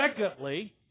secondly